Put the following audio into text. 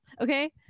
Okay